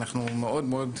אני מאוד מאוד,